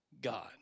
God